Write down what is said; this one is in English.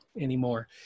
anymore